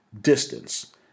distance